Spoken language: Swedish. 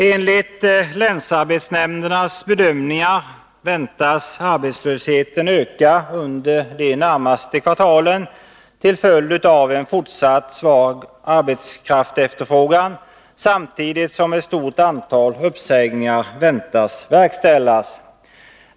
Enligt länsarbetsnämndens bedömningar väntas arbetslösheten öka under de närmaste kvartalen till följd av en fortsatt svag arbetskraftsefterfrågan, samtidigt som ett stort antal uppsägningar väntas bli verkställda.